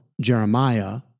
Jeremiah